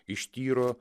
iš tyro